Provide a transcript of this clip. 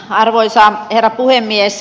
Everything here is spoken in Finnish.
arvoisa herra puhemies